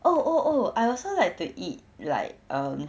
oh oh oh I also like to eat like um